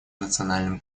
национальном